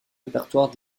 répertoire